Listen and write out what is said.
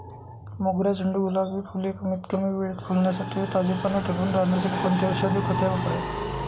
मोगरा, झेंडू, गुलाब हि फूले कमीत कमी वेळेत फुलण्यासाठी व ताजेपणा टिकून राहण्यासाठी कोणती औषधे व खते वापरावीत?